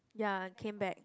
ya came back